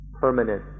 permanent